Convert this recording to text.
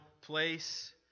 place